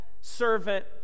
servant